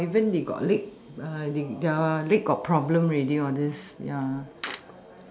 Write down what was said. or even they got leg their leg got problem already all this ya